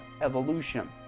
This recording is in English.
evolution